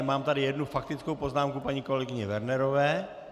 Mám tady jednu faktickou poznámku paní kolegyně Wernerové.